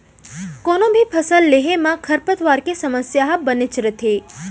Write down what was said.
कोनों भी फसल लेहे म खरपतवार के समस्या ह बनेच रथे